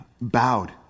bowed